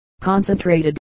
concentrated